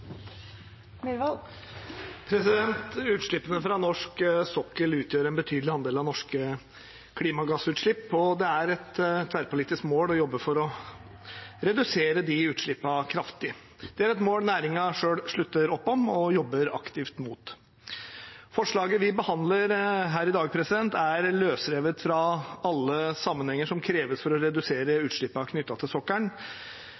Utslippene fra norsk sokkel utgjør en betydelig andel av norske klimagassutslipp, og det er et tverrpolitisk mål å jobbe for å redusere de utslippene kraftig. Det er et mål næringen selv slutter opp om og jobber aktivt mot. Forslaget vi behandler her i dag, er løsrevet fra alle sammenhenger som kreves for å redusere